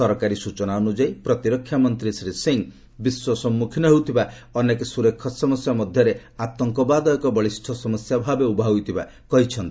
ସରକାରୀ ସ୍ବଚନା ଅନୁଯାୟୀ ପ୍ରତିରକ୍ଷା ମନ୍ତ୍ରୀ ଶ୍ରୀ ସିଂହ ବିଶ୍ୱ ସମ୍ମୁଖୀନ ହେଉଥିବା ଅନେକ ସୁରକ୍ଷା ସମସ୍ୟା ମଧ୍ୟରେ ଆତଙ୍କବାଦ ଏକ ବଳିଷ୍ଠ ସମସ୍ୟା ଭାବେ ଉଭା ହୋଇଥିବା କହିଛନ୍ତି